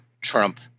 trump